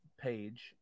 page